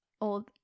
old